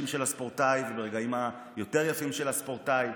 של הספורטאי וברגעים היותר-יפים של הספורטאי.